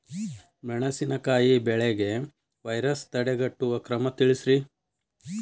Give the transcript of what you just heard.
ಮೆಣಸಿನಕಾಯಿ ಬೆಳೆಗೆ ವೈರಸ್ ತಡೆಗಟ್ಟುವ ಕ್ರಮ ತಿಳಸ್ರಿ